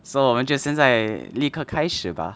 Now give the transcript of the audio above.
so 我们 just 现在立刻开始 bah